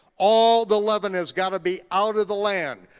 all the leaven has gotta be out of the land.